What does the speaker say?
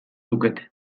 lukete